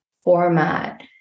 format